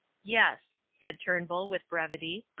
yes, said turnbull with brevity.